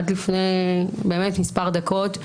עד לפני מספר דקות,